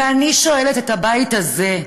ואני שואלת את הבית הזה: